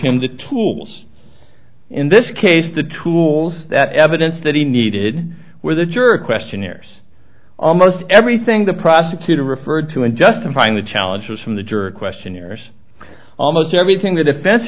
him the tools in this case the tools that evidence that he needed with the jury questionnaires almost everything the prosecutor referred to in justifying the challenges from the jury questionnaires almost everything the defense